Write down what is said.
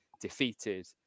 defeated